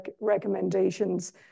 recommendations